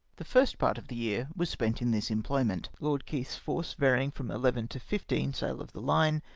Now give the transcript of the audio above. the first part of the year was spent in this employ ment. lord keith's force varying from eleven to fifteen sail of the line,